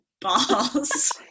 balls